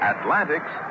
Atlantic's